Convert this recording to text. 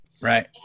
right